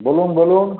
বলুন বলুন